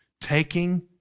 Taking